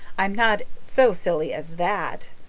i'm not so silly as that.